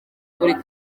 buri